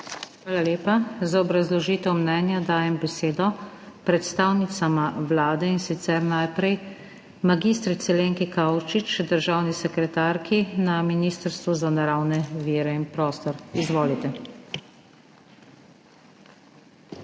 Hvala lepa. Za obrazložitev mnenja dajem besedo predstavnicama Vlade in sicer najprej mag. Lenki Kavčič, državni sekretarki na Ministrstvu za naravne vire in prostor. Izvolite. MAG.